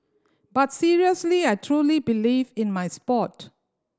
but seriously I truly believe in my sport